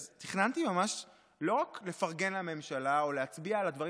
אז תכננתי ממש לא רק לפרגן לממשלה או להצביע על הדברים